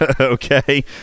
okay